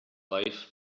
life